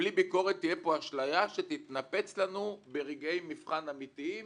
בלי ביקורת תהיה פה אשליה שתתנפץ לנו ברגעי מבחן אמיתיים